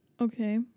Okay